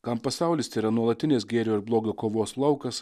kam pasaulis tėra nuolatinis gėrio ir blogio kovos laukas